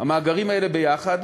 המאגרים האלה ביחד